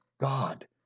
God